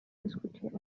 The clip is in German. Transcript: diskutiert